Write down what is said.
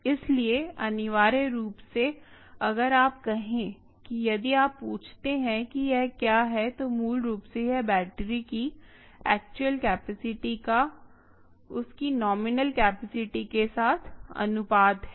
इसलिए अनिवार्य रूप से अगर आप कहें कि यदि आप पूछते हैं कि यह क्या है तो मूल रूप से यह बैटरी की एक्चुअल कैपेसिटी का उसकी नॉमिनल कैपेसिटी के साथ अनुपात है